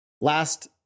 last